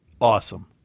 awesome